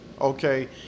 okay